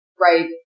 right